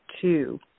two